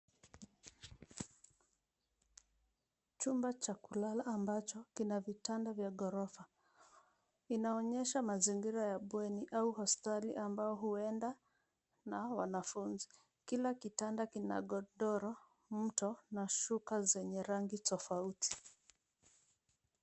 Chumba cha kulala ambacho kina vitanda vya ghorofa. Inaonyesha mazingira ya bweni au hospitali ambao huenda na wanafunzi. Kila kitanda kina godoro, mto na shuka zenye rangi tofauti.